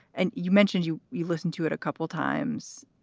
and you mentioned you you listened to it a couple times.